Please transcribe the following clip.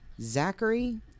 Zachary